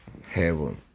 heaven